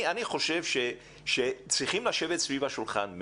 אני חושב שמסביב לשולחן צריכים לשבת גם מנהלים